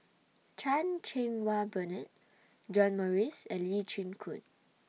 Chan Cheng Wah Bernard John Morrice and Lee Chin Koon